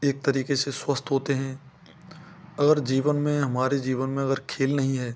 एक तरीके से स्वस्थ होते हैं अगर जीवन में हमारे जीवन में अगर खेल नही है